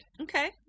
Okay